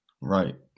Right